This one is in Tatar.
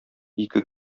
ике